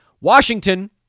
Washington